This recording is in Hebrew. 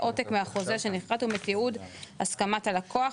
עותק מהחוזה שנכרת ומתיעוד הסכמת הלקוח,